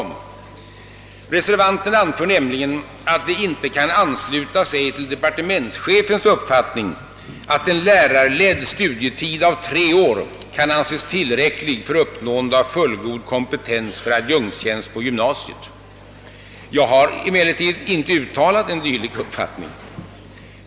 Reservanterna anför nämligen att de inte kan ansluta sig till departementschefens uppfattning, att en lärarledd studietid av tre år kan anses tillräcklig för uppnående av fullgod kompetens för adjunktstjänst på gymnasiet. Jag har emellertid inte uttalat en dylik uppfattning.